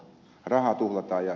rahaa tuhlataan